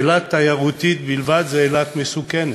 אילת תיירותית בלבד זה אילת מסוכנת,